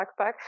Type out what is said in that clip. backpack